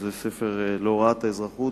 שזה ספר להוראת האזרחות,